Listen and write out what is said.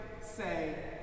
say